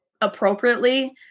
appropriately